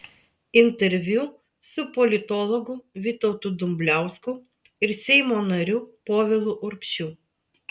interviu su politologu vytautu dumbliausku ir seimo nariu povilu urbšiu